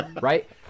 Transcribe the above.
right